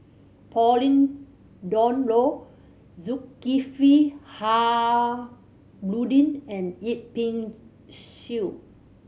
Pauline Dawn Loh Zulkifli Harudin and Yip Pin Xiu